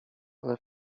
ale